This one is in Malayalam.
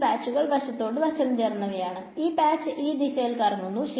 ഈ പാച്ച് ഈ ദിശയിൽ കറങ്ങുന്നു